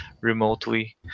remotely